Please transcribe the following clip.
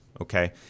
okay